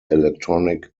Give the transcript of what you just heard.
electronic